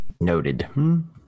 Noted